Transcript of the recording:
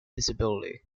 disability